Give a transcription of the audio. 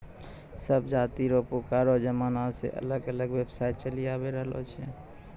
सब जाति रो पुरानो जमाना से अलग अलग व्यवसाय चलि आवि रहलो छै